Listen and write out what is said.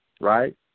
right